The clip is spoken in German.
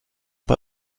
bei